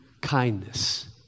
kindness